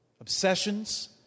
obsessions